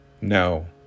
No